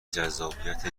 جذابیت